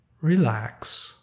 Relax